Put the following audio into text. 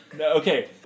Okay